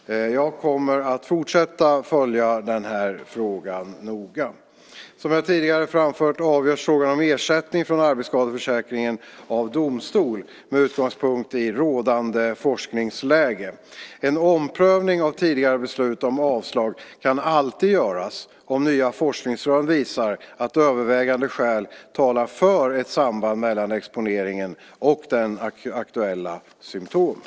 Jag kommer att fortsätta att följa denna fråga noga. Som jag tidigare framfört avgörs frågan om ersättning från arbetsskadeförsäkringen av domstol med utgångspunkt i rådande forskningsläge. En omprövning av tidigare beslut om avslag kan alltid göras om nya forskningsrön visar att övervägande skäl talar för ett samband mellan exponeringen och de aktuella symtomen.